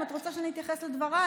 אם את רוצה שאני אתייחס לדברייך,